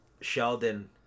sheldon